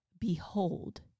behold